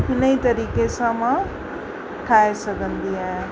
हिन ई तरीक़े सां मां ठाहे सघंदी आहियां